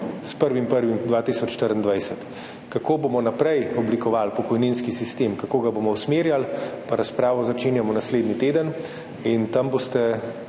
s 1. 1. 2024. Kako bomo za naprej oblikovali pokojninski sistem, kako ga bomo usmerjali, pa razpravo začenjamo naslednji teden. Tja boste